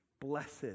Blessed